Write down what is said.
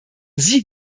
sie